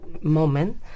moment